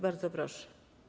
Bardzo proszę.